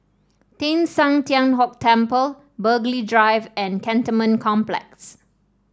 Teng San Tian Hock Temple Burghley Drive and Cantonment Complex